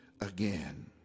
again